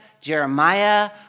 Jeremiah